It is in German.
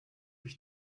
ich